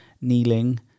Kneeling